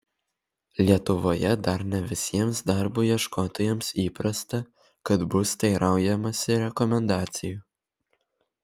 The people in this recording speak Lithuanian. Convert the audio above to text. lietuvoje dar ne visiems darbų ieškotojams įprasta kad bus teiraujamasi rekomendacijų